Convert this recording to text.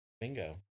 bingo